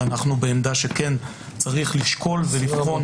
ואנחנו בעמדה שכן צריך לשקול ולבחון